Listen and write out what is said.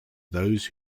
those